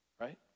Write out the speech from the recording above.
right